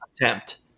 attempt